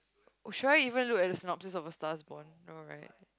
oh should I even look at synopsis of A-Star-Is-Born no right